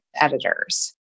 editors